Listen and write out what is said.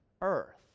earth